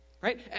right